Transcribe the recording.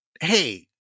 Hey